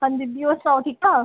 hello Anji दीदी होर सनाओ ठीक ठाक